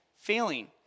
failing